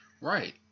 Right